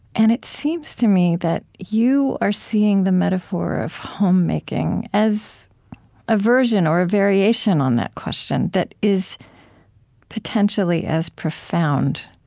and it seems to me that you are seeing the metaphor of homemaking as a version or a variation on that question that is potentially as profound,